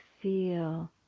Feel